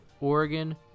Oregon